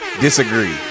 disagree